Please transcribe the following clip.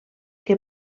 que